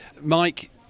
Mike